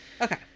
Okay